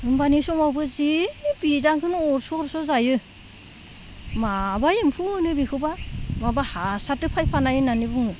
होमब्लानि समावबो जि बिदानखोनो अरस' अरस' जायो माबा एम्फौ होनो बेखौबा माबा हासारनिफ्राय फायफानाय होनना बुङो